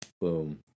Boom